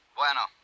Bueno